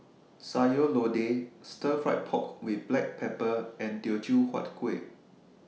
Sayur Lodeh Stir Fry Pork with Black Pepper and Teochew Huat Kueh